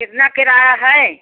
कितना किराया है